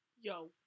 Yo